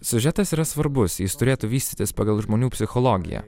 siužetas yra svarbus jis turėtų vystytis pagal žmonių psichologiją